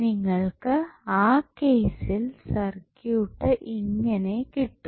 നിങ്ങൾക്ക് ആ കേസിൽ സർക്യൂട്ട് ഇങ്ങനെ കിട്ടും